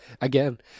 again